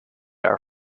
are